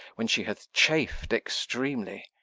when she hath chaf'd extremely.